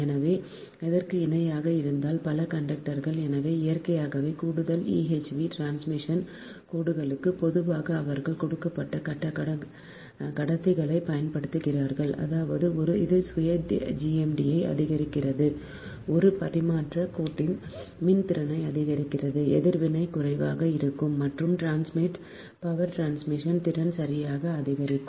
எனவே அதற்கு இணையாக இருந்தால் பல கண்டக்டர் எனவே இயற்கையாகவே கூடுதல் EHV டிரான்ஸ்மிஷன் கோடுகளுக்கு பொதுவாக அவர்கள் தொகுக்கப்பட்ட கடத்திகளைப் பயன்படுத்துகிறார்கள் அதாவது அது சுய GMD ஐ அதிகரிக்கிறது ஒரு பரிமாற்றக் கோட்டின் மின் திறனை அதிகரிக்கிறது எதிர்வினை குறைவாக இருக்கும் மற்றும் டிரான்ஸ்மிட் பவர் டிரான்ஸ்மிஷன் திறன் சரியாக அதிகரிக்கும்